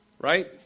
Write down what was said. right